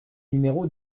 numéro